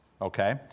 okay